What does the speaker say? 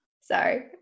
Sorry